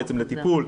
בעצם לטיפול,